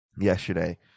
yesterday